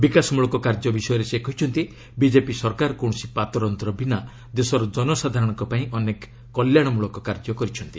ବିକାଶମ୍ରଳକ କାର୍ଯ୍ୟ ବିଷୟରେ ସେ କହିଛନ୍ତି ବିଜେପି ସରକାର କୌଣସି ପାତରଅନ୍ତର ବିନା ଦେଶର ଜନସାଧାରଣଙ୍କ ପାଇଁ ଅନେକ କଲ୍ୟାଣମୂଳକ କାର୍ଯ୍ୟ କରିଛନ୍ତି